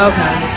Okay